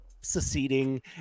seceding